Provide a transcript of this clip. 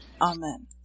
Amen